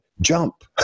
jump